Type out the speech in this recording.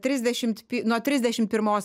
trisdešimt nuo trisdešim pirmos